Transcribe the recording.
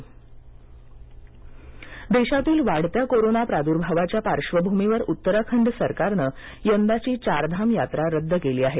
चारधाम देशातील वाढत्या कोरोना प्रादुर्भावाच्या पार्श्वभूमीवर उत्तराखंड सरकारनं यंदाची चारधाम यात्रा रद्द केली आहे